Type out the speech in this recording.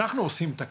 אנחנו עושים את הכל,